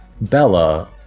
Bella